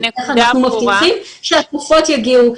איך אנחנו מבטיחים שהתרופות יגיעו,